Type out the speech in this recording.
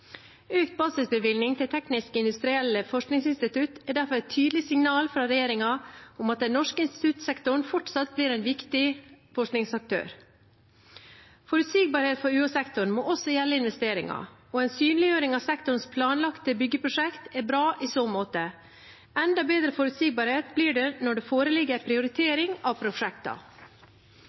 Økt basisbevilgning til teknisk-industrielle forskningsinstitutt er derfor et tydelig signal fra regjeringen om at den norske instituttsektoren fortsatt blir en viktig forskningsaktør. Forutsigbarhet for UH-sektoren må også gjelde investeringer, og en synliggjøring av sektorens planlagte byggeprosjekt er bra i så måte. Enda bedre forutsigbarhet blir det når det foreligger en prioritering av